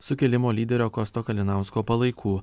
sukilimo lyderio kosto kalinausko palaikų